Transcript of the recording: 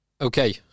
Okay